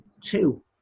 two